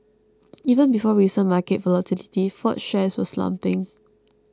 even before recent market volatility Ford's shares were slumping